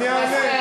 אני אענה.